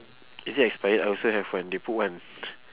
is it expired I also have one they put [one]